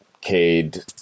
Cade